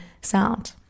sound